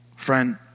Friend